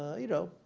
ah you know,